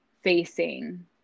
facing